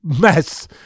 mess